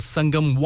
Sangam